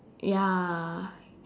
ya